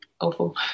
awful